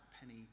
Penny